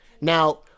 Now